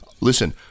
Listen